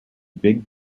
big